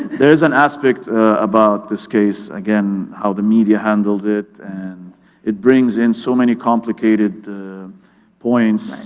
there's an aspect about this case, again, how the media handled it, and it brings in so many complicated points.